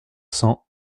cents